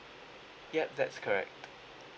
yup that's correct